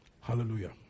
Hallelujah